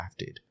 crafted